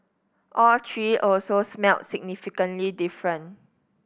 all three also smelled significantly different